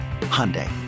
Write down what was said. Hyundai